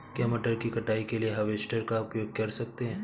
क्या मटर की कटाई के लिए हार्वेस्टर का उपयोग कर सकते हैं?